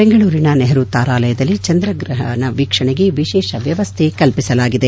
ಬೆಂಗಳೂರಿನ ನೆಹರು ತಾರಾಲಯದಲ್ಲಿ ಚಂದ್ರಗ್ರಹಣ ವೀಕ್ಷಣೆಗೆ ವಿಶೇಷ ವ್ಯವಸ್ಥೆ ಕಲ್ಪಿಸಲಾಗಿದೆ